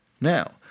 now